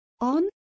on